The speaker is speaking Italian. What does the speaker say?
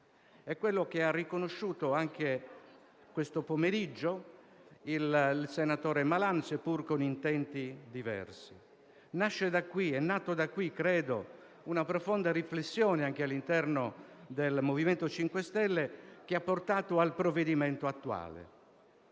È quello che ha riconosciuto anche questo pomeriggio il senatore Malan, seppur con intenti diversi. Credo sia nata da qui una profonda riflessione, anche all'interno del MoVimento 5 Stelle, che ha portato al provvedimento attuale.